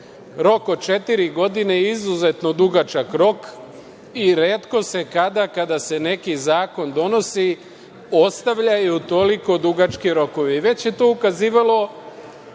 od četiri godine je izuzetno dugačak rok i retko se, kada se neki zakon donosi, ostavljaju toliko dugački rokovi i već je to ukazivalo